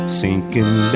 sinking